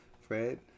Fred